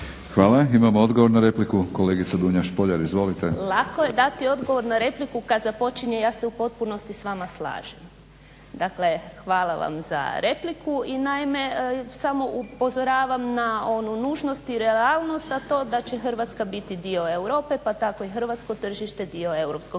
Hvala. Imamo odgovor na repliku, kolegica Dunja Špoljar. Izvolite. **Špoljar, Dunja (SDP)** Lako je dati odgovor na repliku kad započinje ja se u potpunosti s vama slažem. Dakle, hvala vam za repliku. Naime, samo upozoravam na onu nužnost i realnost a to je da će Hrvatska biti dio Europe pa tako i hrvatsko tržište dio europskog